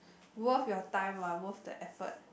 worth your time ah worth the effort